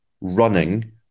running